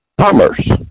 commerce